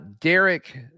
Derek